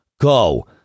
go